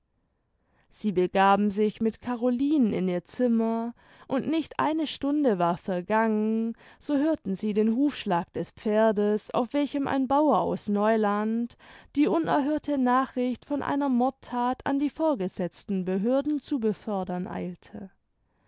sie begaben sich mit carolinen in ihr zimmer und nicht eine stunde war vergangen so hörten sie den hufschlag des pferdes auf welchem ein bauer aus neuland die unerhörte nachricht von einer mordthat an die vorgesetzten behörden zu befördern eilte